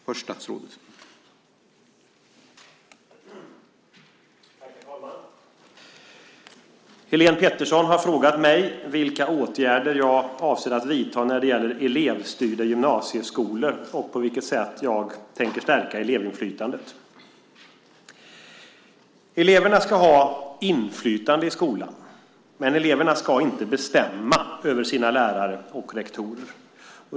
Herr talman! Helene Petersson har frågat mig vilka åtgärder jag avser att vidta när det gäller elevstyrda gymnasieskolor och på vilket sätt jag tänker stärka elevinflytandet. Eleverna ska ha inflytande i skolan, men eleverna ska inte bestämma över sina lärare och rektorer.